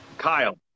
Kyle